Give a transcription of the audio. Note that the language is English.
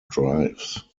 drives